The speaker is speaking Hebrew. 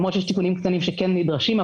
למרות שיש תיקונים קטנים שכן נדרשים.